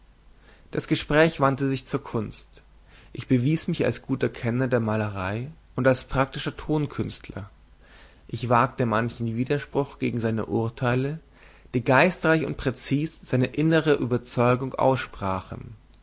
das gespräch wandte sich zur kunst ich bewies mich als guter kenner der malerei und als praktischer tonkünstler ich wagte manchen widerspruch gegen seine urteile die geistreich und präzis seine innere überzeugung aussprachen